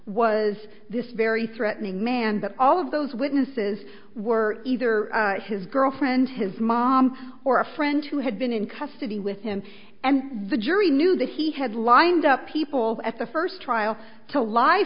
was this very threatening man but all of those witnesses were either his girlfriend his mom or a friend who had been in custody with him and the jury knew that he had lined up people at the first trial to lie